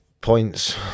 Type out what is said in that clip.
points